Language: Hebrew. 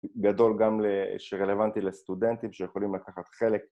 גדול גם שרלוונטי לסטודנטים שיכולים לקחת חלק